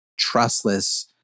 trustless